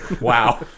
Wow